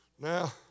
Now